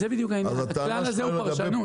זה בדיוק העניין, הכלל הזה הוא פרשנות.